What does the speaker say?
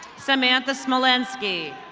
samantha smolesnki.